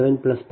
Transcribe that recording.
7 10